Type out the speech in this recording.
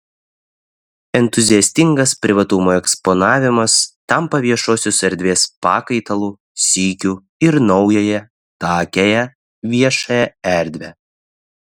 entuziastingas privatumo eksponavimas tampa viešosios erdvės pakaitalu sykiu ir naująją takiąja viešąja erdve